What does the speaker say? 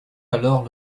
alors